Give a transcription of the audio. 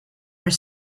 are